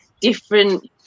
different